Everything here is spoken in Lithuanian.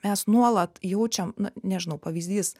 mes nuolat jaučiam na nežinau pavyzdys